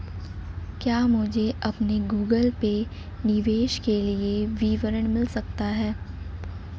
क्या मुझे अपने गूगल पे निवेश के लिए विवरण मिल सकता है?